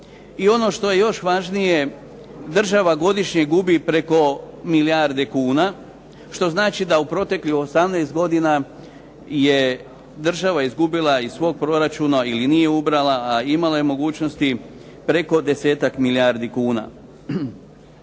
I ono što je još važnije, država godišnje gubi preko milijardu kuna, što znači da u proteklih 18 godina je država izgubila iz svog proračuna ili nije ubrala a imala je mogućnosti, preko 10-ak milijardi kuna.